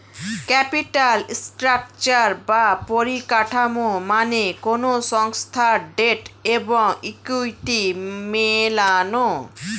capital structure বা পরিকাঠামো মানে কোনো সংস্থার ডেট এবং ইকুইটি মেলানো